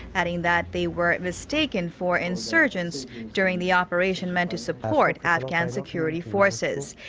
adding that they were mistaken for insurgents during the operation meant to support afghan security forces.